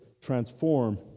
transform